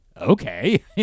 okay